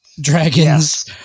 dragons